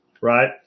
right